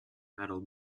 metal